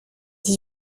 dix